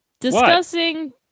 Discussing